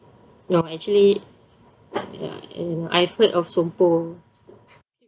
no actually ya and I've heard of sompo